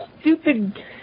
stupid